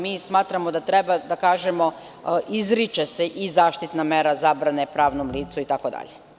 Mi smatramo da treba da kažemo – izriče se i zaštitna mera zabrane pravnom licu itd.